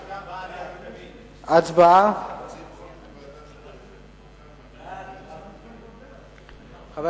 הצעת ועדת הכנסת להעביר את הצעת חוק למניעת הטרדה מינית (תיקון,